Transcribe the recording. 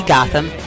Gotham